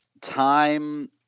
time